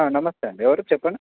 నమస్తే అండి ఎవరు చెప్పండి